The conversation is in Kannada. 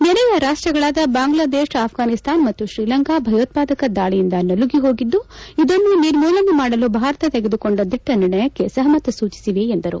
ನೆರೆಯ ರಾಷ್ಟಗಳಾದ ಬಾಂಗ್ಲಾದೇಶ ಆಫ್ಗಾನಿಸ್ತಾನ ಮತ್ತು ಶ್ರೀಲಂಕಾ ಭಯೋತ್ಪಾದಕ ದಾಳಿಯಿಂದ ನಲುಗಿ ಹೋಗಿದ್ದು ಇದನ್ನು ನಿರ್ಮೂಲನೆ ಮಾಡಲು ಭಾರತ ತೆಗೆದುಕೊಂಡ ದಿಟ್ಟ ನಿರ್ಣಯಕ್ಕೆ ಸಹಮತ ಸೂಟಿಸಿವೆ ಎಂದರು